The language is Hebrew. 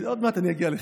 עוד מעט אני אגיע אליך,